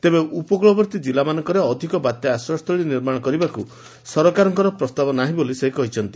ତେବେ ଉପକୁଳବର୍ତୀ ଜିଲ୍ଲା ମାନଙ୍କରେ ଅଧିକ ବାତ୍ୟା ଆଶ୍ରୟ ସ୍ଥଳୀ ନିର୍ମାଣ କରିବାକୁ ସରକାରଙ୍କର ପ୍ରସ୍ତାବ ନାହି ବୋଲି ସେ କହିଛନ୍ତି